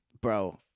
Bro